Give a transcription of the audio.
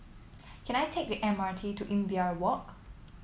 can I take the M R T to Imbiah Walk